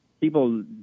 people